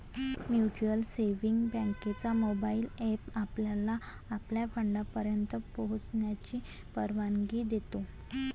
mutual savings बँकेचा mobile app आपल्याला आपल्या फंडापर्यंत पोहोचण्याची परवानगी देतो